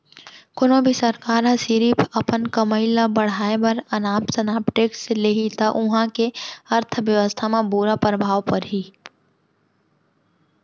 कोनो भी सरकार ह सिरिफ अपन कमई ल बड़हाए बर अनाप सनाप टेक्स लेहि त उहां के अर्थबेवस्था म बुरा परभाव परही